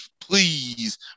Please